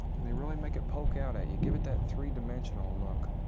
and they really make it poke out at you, give it that three dimensional look.